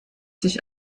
sich